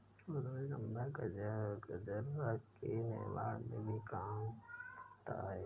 रजनीगंधा गजरा के निर्माण में भी काम आता है